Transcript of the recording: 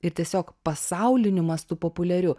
ir tiesiog pasauliniu mastu populiariu